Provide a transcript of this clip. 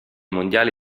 mondiali